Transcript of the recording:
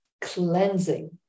cleansing